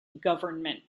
government